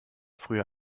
früher